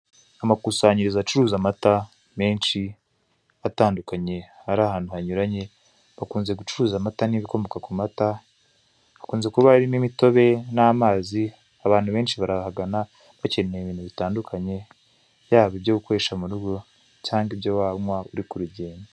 amakusanyirizo menshiatandukanye ari ahantu hanyurane bakunze gucuruza amata nibikomoka kumata hakunze uba hari imitobe n'amazi abantu benshi barahagana bakeneye ibintu byinshi bitandukanye yaba ibyo gukoresha mu rugo cyangwa ibyo wanywa uri ku rugendo.